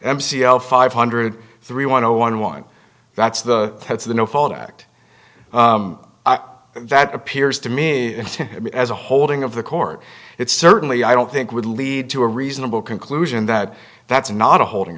m c l five hundred three one zero one one that's the that's the no fault act that appears to me as a holding of the court it's certainly i don't think would lead to a reasonable conclusion that that's not a holding